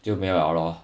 就没有了 lor